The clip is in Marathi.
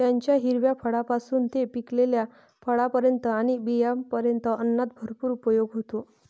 त्याच्या हिरव्या फळांपासून ते पिकलेल्या फळांपर्यंत आणि बियांपर्यंत अन्नात भरपूर उपयोग होतो